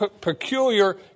peculiar